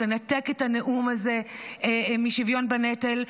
לנתק את הנאום הזה משוויון בנטל.